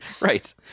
Right